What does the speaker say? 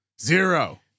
Zero